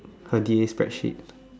her D_A spreadsheet